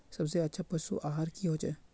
सबसे अच्छा पशु आहार की होचए?